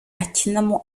akinamo